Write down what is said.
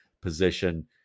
position